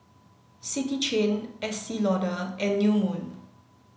City Chain Estee Lauder and New Moon